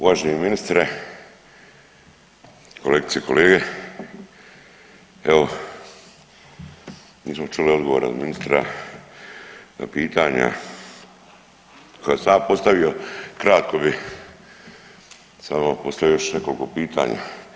Uvaženi ministre, kolegice i kolege, evo nismo čuli odgovor od ministra na pitanja koja sam ja postavio, kratko bi samo postavio još nekoliko pitanja.